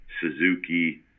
Suzuki